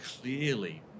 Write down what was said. clearly